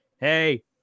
hey